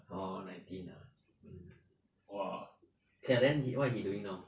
orh nineteen ah mm !wah! okay lah then what he doing now